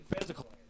physical